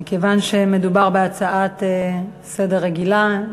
מכיוון שמדובר בהצעה לסדר-היום רגילה,